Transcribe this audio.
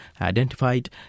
identified